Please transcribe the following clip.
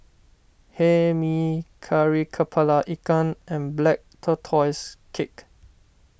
Hae Mee Kari Kepala Ikan and Black Tortoise Cake